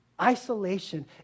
isolation